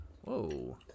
Whoa